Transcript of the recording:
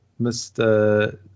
mr